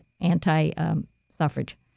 anti-suffrage